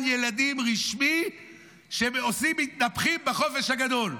ילדים רשמי כשהם עושים מתנפחים בחופש הגדול?